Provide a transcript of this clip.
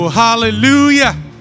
hallelujah